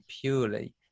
purely